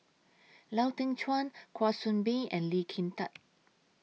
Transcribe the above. Lau Teng Chuan Kwa Soon Bee and Lee Kin Tat